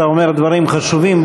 אתה אומר דברים חשובים,